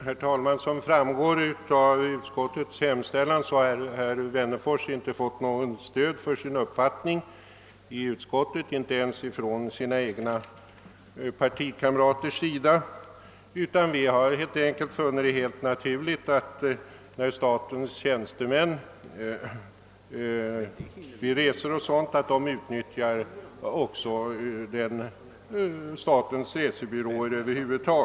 Herr talman! Som framgår av utskottets hemställan har herr Wennerfors inte fått något stöd för sin uppfattning, inte ens av sina egna partikamrater inom utskottet. Utskottets ledamöter har helt enkelt funnit det naturligt att statens tjänstemän vid sina resor skall utnyttja den statliga resebyrå som finns.